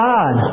God